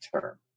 term